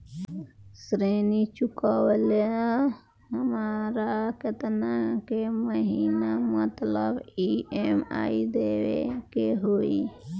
ऋण चुकावेला हमरा केतना के महीना मतलब ई.एम.आई देवे के होई?